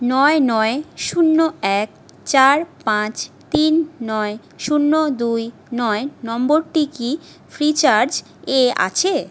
নয় নয় শূন্য এক চার পাঁচ তিন নয় শূন্য দুই নয় নম্বরটি কি ফ্রিচার্জ এ আছে